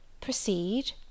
proceed